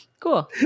Cool